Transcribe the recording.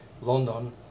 London